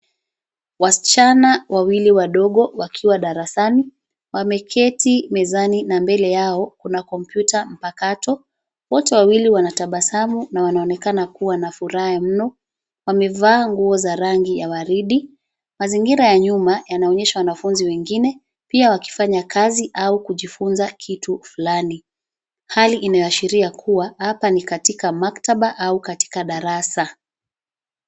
Wasichana wawili wadogo wakiwa darasani, wameketi mezani na mbele yao, kuna kompyuta mpakato, wote wawili wanatabasamu na wanaonekana kuwa na furaha mno, wamevaa nguo za rangi ya waridi. Mazingira ya nyuma, yanaonyesha wanafunzi wengine, pia wakifanya kazi au kujifunza kitu fulani, hali inayoashiria kuwa, hapa ni katika maktaba au katika darasa.